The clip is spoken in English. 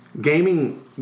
gaming